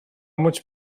much